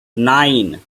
nine